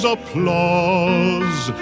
applause